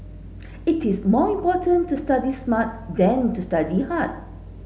it is more important to study smart than to study hard